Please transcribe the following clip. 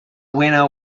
winner